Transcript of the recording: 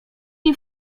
nim